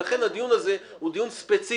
ולכן הדיון הזה הוא דיון ספציפי